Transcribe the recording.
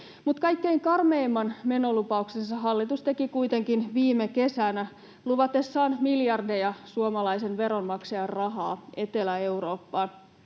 Mutta kaikkein karmeimman menolupauksensa hallitus teki kuitenkin viime kesänä luvatessaan miljardeja suomalaisen veronmaksajan rahaa Etelä-Eurooppaan.